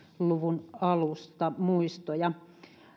luvun alusta